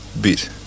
bit